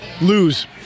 Lose